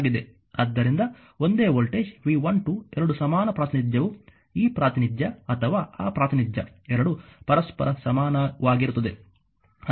ಆದ್ದರಿಂದ ಒಂದೇ voltage V12 2 ಸಮಾನ ಪ್ರಾತಿನಿಧ್ಯವು ಈ ಪ್ರಾತಿನಿಧ್ಯ ಅಥವಾ ಆ ಪ್ರಾತಿನಿಧ್ಯ ಎರಡೂ ಪರಸ್ಪರ ಸಮಾನವಾಗಿರುತ್ತದೆ